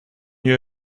you